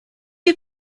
you